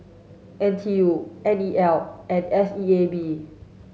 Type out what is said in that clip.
N T U N E L and S E A B